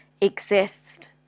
exist